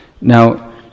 Now